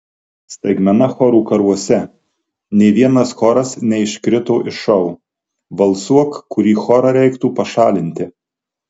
staigmena chorų karuose nė vienas choras neiškrito iš šou balsuok kurį chorą reiktų pašalinti